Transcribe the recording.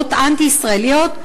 בפעולות אנטי-ישראליות,